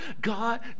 God